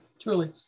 truly